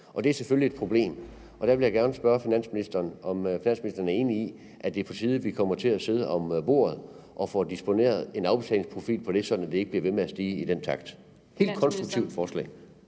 Det er selvfølgelig et problem, og der vil jeg gerne spørge finansministeren, om finansministeren er enig i, at det er på tide, at vi sætter os ned omkring bordet og får disponeret en afbetalingsprofil, så gælden ikke bliver ved med at stige i den takt. Det er et helt konstruktivt forslag.